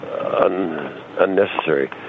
unnecessary